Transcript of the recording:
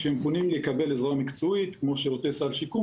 כשהם פונים לקבל עזרה מקצועית כמו שירותי סל שיקום,